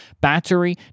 battery